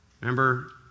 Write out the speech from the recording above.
Remember